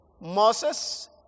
Moses